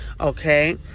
okay